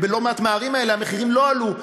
ובלא מעט מהערים האלה המחירים לא עלו.